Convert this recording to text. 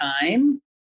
time